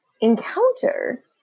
encounter